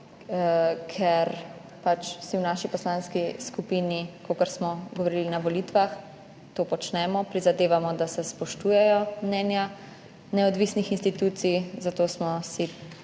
Ker si v naši poslanski skupini – kakor smo govorili na volitvah, to počnemo – prizadevamo, da se spoštujejo mnenja neodvisnih institucij, smo si